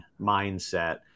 mindset